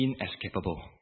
inescapable